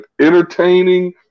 entertaining